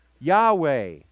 Yahweh